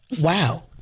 Wow